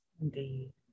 indeed